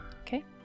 Okay